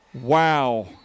wow